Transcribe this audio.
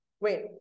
wait